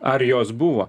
ar jos buvo